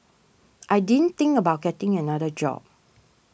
I didn't think about getting another job